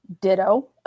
Ditto